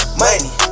money